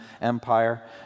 Empire